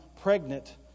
pregnant